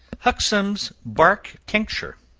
huxham's bark tincture.